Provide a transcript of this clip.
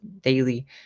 daily